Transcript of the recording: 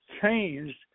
changed